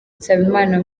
nsabimana